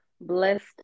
blessed